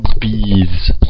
bees